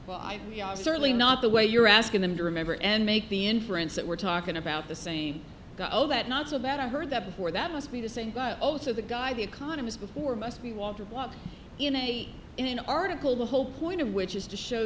but i certainly not the way you're asking them to remember and make the inference that we're talking about the same oh that not so that i heard that before that must be the same but also the guy the economist before must be walked a block in a in an article the whole point of which is to show